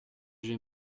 j’ai